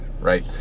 right